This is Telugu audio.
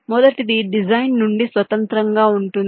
మొదటిది డిజైన్ నుండి స్వతంత్రంగా ఉంటుంది